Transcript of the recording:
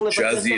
שאז יהיה טוב.